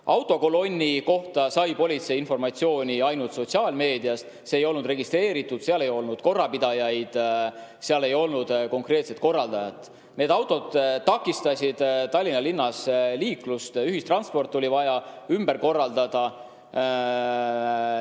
Autokolonni kohta sai politsei informatsiooni ainult sotsiaalmeediast. See ei olnud registreeritud, seal ei olnud korrapidajaid, seal ei olnud konkreetset korraldajat. Need autod takistasid Tallinna linnas liiklust, ühistransport oli vaja ümber korraldada.